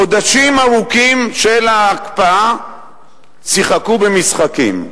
חודשים ארוכים של ההקפאה שיחקו במשחקים.